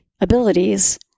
abilities